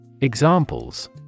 Examples